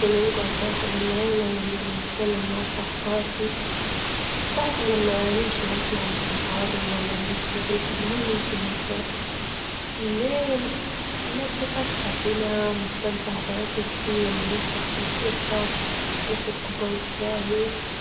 ولا نجعد مع أحد من العيلة، ولا نتكلم مع صاحباتي، بعدها لما نمشي نطلع للبحر ولا نمشي للريف المهم نمشي لمكان، وفي الليل نبتة فاتحة فيلم مستمتعة بعطلتي، ولا نشرح في موسيقى، ونشرب كوباية شاهي.